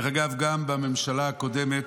דרך אגב, גם בממשלה הקודמת,